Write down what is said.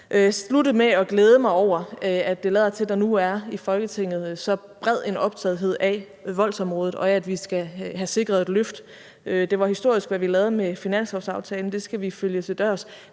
slutte med at glæde mig over, at det lader til, at der nu er i Folketinget så bred en optagethed af voldsområdet og af, at vi skal have sikret et løft. Det var historisk, hvad vi lavede med finanslovsaftalen, og det skal vi følge til dørs.